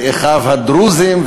ואחיו הדרוזים,